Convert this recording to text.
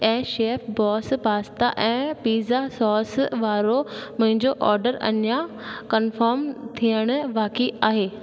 ऐं शैपबोस पास्ता ऐं पीजा सौस वारो मुहिंजो ओडर अञा कंफोर्म थियण बाक़ी आहे